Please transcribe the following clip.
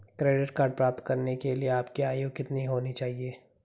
Credit card प्राप्त करने के लिए आपकी आयु कितनी होनी चाहिए?